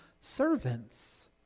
servants